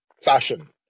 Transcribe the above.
fashion